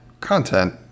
content